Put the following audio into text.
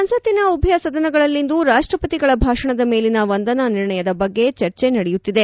ಸಂಸತ್ತಿನ ಉಭಯ ಸದನಗಳಲ್ಲಿಂದು ರಾಷ್ಟ ಪತಿಗಳ ಭಾಷಣದ ಮೇಲಿನ ವಂದನಾ ನಿರ್ಣಯದ ಬಗ್ಗೆ ಚರ್ಚೆ ನಡೆಯುತ್ತಿದೆ